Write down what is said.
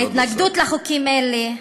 ההתנגדות לחוקים האלה,